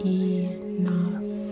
enough